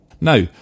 Now